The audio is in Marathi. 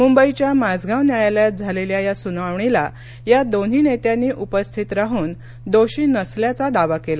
मुंबईच्या माझगाव न्यायालयात झालेल्या या सुनावणीला या दोन्ही नेत्यांनी उपस्थित राहून दोषी नसल्याचा दावा केला